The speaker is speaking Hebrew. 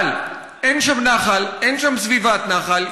אבל אין שם נחל, אין שם סביבת נחל.